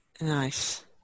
nice